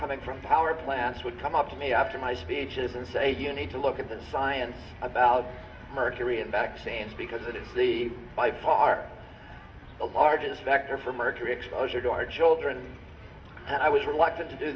coming from power plants would come up to me after my speeches and say you need to look at the science about mercury in vaccines because it is the by far the largest factor for mercury exposure to our children and i was reluctant to do